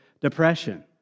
depression